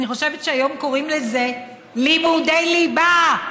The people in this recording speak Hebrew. אני חושבת שהיום קוראים לזה "לימודי ליבה".